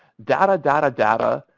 data, data, data,